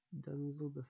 Denzel